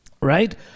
right